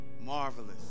Marvelous